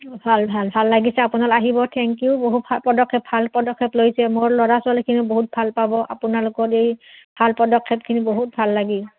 ভাল ভাল ভাল লাগিছে আপোনালোক আহিব থেংক ইউ বহুত পদক্ষেপ ভাল পদক্ষেপ লৈছে মোৰ ল'ৰা ছোৱালীখিনিও বহুত ভাল পাব আপোনালোকৰ এই ভাল পদক্ষেপখিনি বহুত ভাল লাগিল